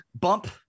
bump